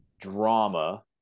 drama